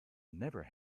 never